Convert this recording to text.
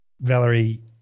Valerie